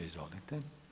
Izvolite.